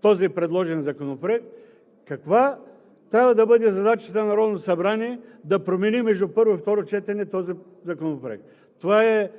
този предложен законопроект, каква трябва да бъде задачата на Народното събрание, за да промени между първо и второ четене този законопроект?! Това е